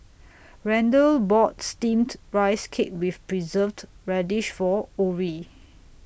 Randle bought Steamed Rice Cake with Preserved Radish For Orrie